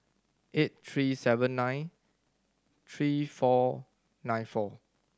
eight three seven nine three four nine four